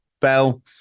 bell